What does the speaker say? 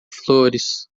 flores